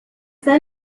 then